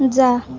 जा